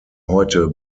heute